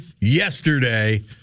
yesterday